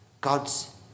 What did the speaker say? God's